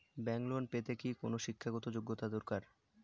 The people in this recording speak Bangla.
ব্যাংক লোন পেতে কি কোনো শিক্ষা গত যোগ্য দরকার?